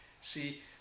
See